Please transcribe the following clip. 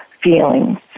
feelings